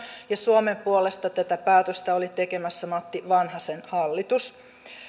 ja suomen puolesta tätä päätöstä oli tekemässä matti vanhasen hallitus